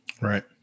Right